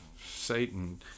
satan